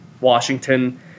Washington